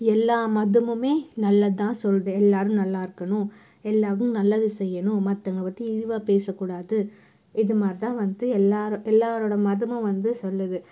எல்லா மதமுமே நல்லது தான் சொல்லுது எல்லோரும் நல்லா இருக்கணும் எல்லோருக்கும் நல்லது செய்யணும் மற்றவங்கள பற்றி இழிவாக பேசக் கூடாது இது மாதிரிதான் வந்து எல்லோரும் எல்லோரோட மதமும் வந்து சொல்லுது